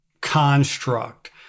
construct